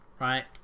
right